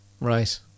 Right